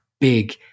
big